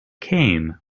came